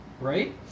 Right